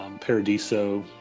Paradiso